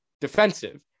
defensive